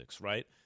right